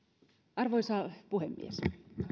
arvoisa puhemies